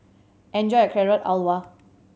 enjoy your Carrot Halwa